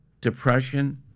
depression